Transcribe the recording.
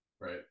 right